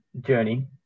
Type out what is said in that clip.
journey